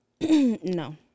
No